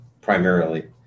primarily